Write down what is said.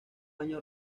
año